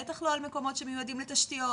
בטח לא על מקומות שמיועדים לתשתיות,